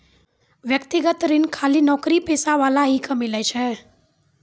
व्यक्तिगत ऋण खाली नौकरीपेशा वाला ही के मिलै छै?